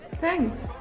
thanks